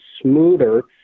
smoother